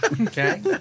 Okay